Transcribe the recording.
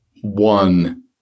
one